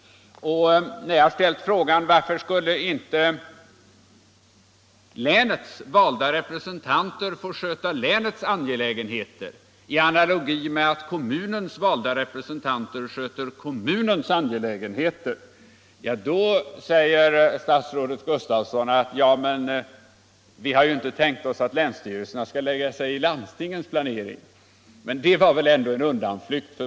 Jag har ställt frågan: Varför skulle inte länets valda representanter få sköta länets angelägenheter i analogi med att kommunernas valda representanter sköter kommunens angelägenheter? Statsrådet Gustafsson säger då: Ja, men vi har ju inte tänkt oss att länsstyrelserna skall lägga sig i landstingens planering. Men det var väl ändå en undanflykt.